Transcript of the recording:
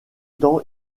temps